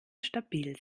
stabil